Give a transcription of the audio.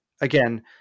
again